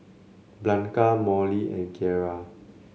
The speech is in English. Blanca Molly and Kiera